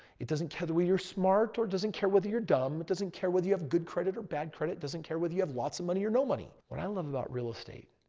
it doesn't care the way you're smart or doesn't care whether you're dumb. it doesn't care whether you have good credit or bad credit, doesn't care whether you have lots of money or no money. what i love about real estate